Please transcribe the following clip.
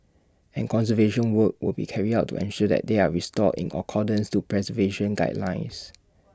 and conservation work will be carried out to ensure that they are restored in accordance to preservation guidelines